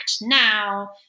now